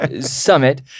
summit